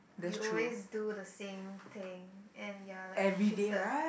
you always do the same thing and ya like treated